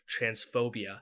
transphobia